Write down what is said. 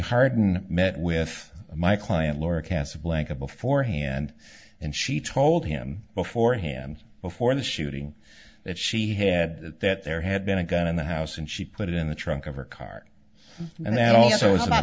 harden met with my client laura casablanca beforehand and she told him beforehand before the shooting that she had that that there had been a gun in the house and she put it in the trunk of her car and then also as